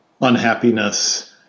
unhappiness